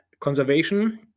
conservation